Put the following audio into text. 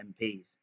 MPs